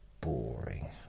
boring